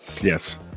yes